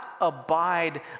abide